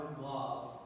love